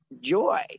Joy